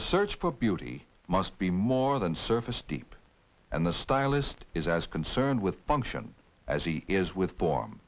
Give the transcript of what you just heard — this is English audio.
the search for beauty must be more than surface deep and the stylist is as concerned with function as he is with for